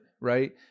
right